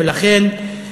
ולכן,